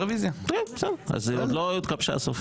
(הישיבה נפסקה בשעה 10:49 ונתחדשה בשעה